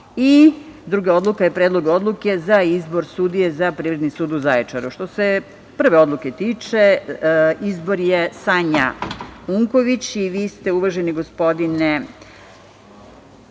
i druga odluka je Predlog odluke za izbor sudije za Privredni sud u Zaječaru. Što se prve odluke tiče, izbor je Sanja Unković i vi ste, uvaženi gospodine,